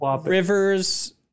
Rivers